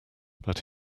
but